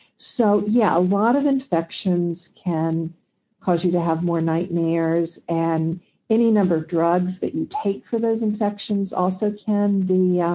so yeah, a lot of infections can cause you to have more nightmares and any number of drugs that you take for those infections also can be. um